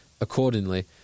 accordingly